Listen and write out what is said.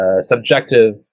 subjective